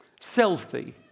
Selfie